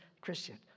Christian